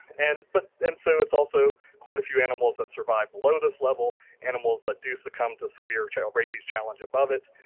and but and so, it's also quite a few animals that survive below this level, animals that do succumb to severe rabies challenge above it.